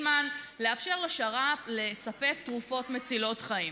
ליצמן לאפשר לשר"פ לספק תרופות מצילות חיים.